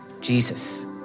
Jesus